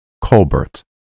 Colbert